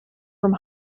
from